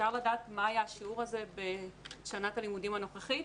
אפשר לדעת מה היה השיעור המקביל בשנת הלימודים הנוכחית?